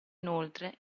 inoltre